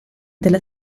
della